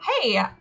Hey